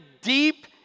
deep